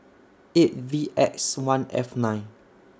eight V X one F nine